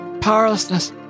powerlessness